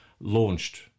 launched